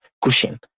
cushion